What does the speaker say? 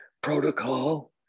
protocol